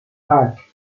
pack